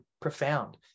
profound